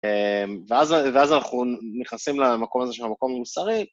ואז אנחנו נכנסים למקום הזה של המקום המוסרי.